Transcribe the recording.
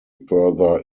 further